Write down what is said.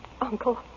Uncle